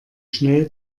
schnell